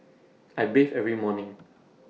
I bathe every morning